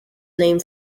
name